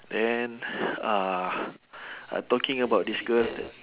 then uh I talking about this girl the~